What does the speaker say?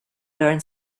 learn